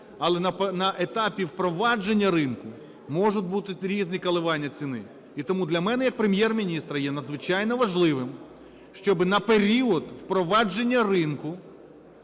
Але на етапі впровадження ринку можуть бути різні коливання ціни. І тому для мене як Прем’єр-міністра є надзвичайно важливим, щоб на період впровадження ринку